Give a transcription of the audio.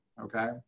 okay